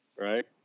Right